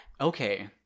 Okay